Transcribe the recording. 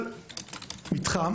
כל מתחם